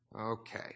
Okay